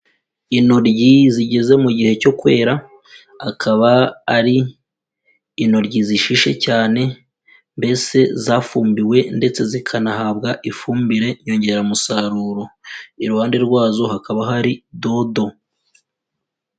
Intoryi zigeze mu gihe cyo kwera akaba ari intoryi zishishe cyane mbese zafumbiwe ndetse zikanahabwa ifumbire nyongeramusaruro, iruhande rwazo hakaba hari dodo.